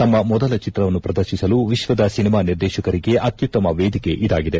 ತಮ್ಮ ಮೊದಲ ಚಿತ್ರವನ್ನು ಪ್ರದರ್ಶಿಸಲು ವಿಶ್ವದ ಸಿನೆಮಾ ನಿರ್ದೇಶಕರಿಗೆ ಅತ್ಸುತ್ತಮ ವೇದಿಕೆ ಇದಾಗಿದೆ